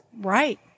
Right